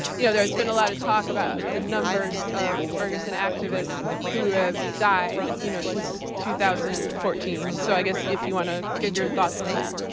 you know, there's been a lot of talk about the numbers of ferguson activists who have died you know since two thousand and fourteen, so i guess if you want to give your thoughts on that.